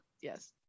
Yes